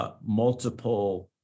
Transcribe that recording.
multiple